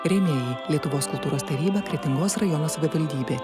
rėmėjai lietuvos kultūros taryba kretingos rajono savivaldybė